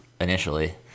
initially